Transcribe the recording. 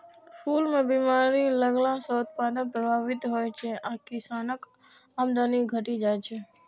फूल मे बीमारी लगला सं उत्पादन प्रभावित होइ छै आ किसानक आमदनी घटि जाइ छै